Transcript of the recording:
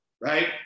right